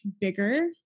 bigger